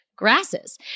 grasses